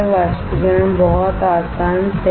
वाष्पीकरण बहुत आसान सही